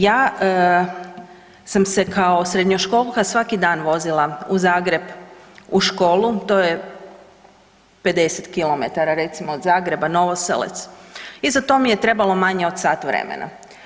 Ja sam se kao srednjoškolka svaki dan vozila u Zagreb u školu, to je 50 km recimo od Zagreb, Novoselec i za to mi je trebalo od sat vremena.